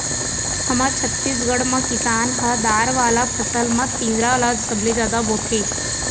हमर छत्तीसगढ़ म किसान ह दार वाला फसल म तिंवरा ल सबले जादा बोथे